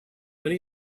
when